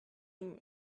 ihm